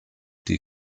die